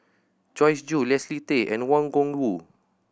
Joyce Jue Leslie Tay and Wang Gungwu